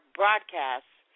broadcasts